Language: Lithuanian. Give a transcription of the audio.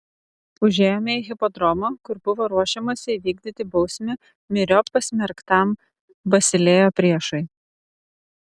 užėjome į hipodromą kur buvo ruošiamasi įvykdyti bausmę myriop pasmerktam basilėjo priešui